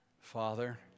Father